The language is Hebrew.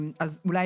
אולי